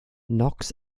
knox